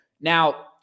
Now